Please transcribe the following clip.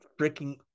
freaking